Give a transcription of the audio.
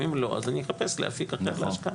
אם לא, אני אחפש אפיק אחר להשקעה.